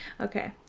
Okay